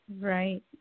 Right